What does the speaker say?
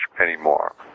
anymore